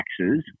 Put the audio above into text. taxes